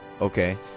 okay